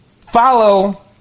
follow